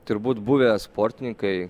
turbūt buvę sportininkai